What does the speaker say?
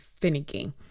finicky